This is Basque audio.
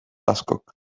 askok